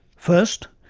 first,